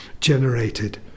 generated